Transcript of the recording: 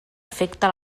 afecta